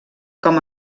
com